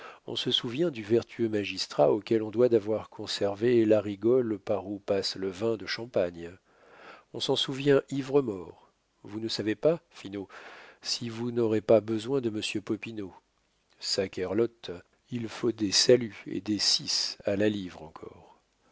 on se souvient du vertueux magistrat auquel on doit d'avoir conservé la rigole par où passe le vin de champagne on s'en souvient ivre-mort vous ne savez pas finot si vous n'aurez pas besoin de monsieur popinot saquerlotte il faut des saluts et des six à la livre encore